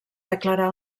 declarar